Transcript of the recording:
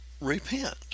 repent